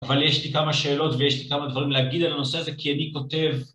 אבל יש לי כמה שאלות ויש לי כמה דברים להגיד על הנושא הזה, כי אני כותב